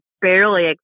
Barely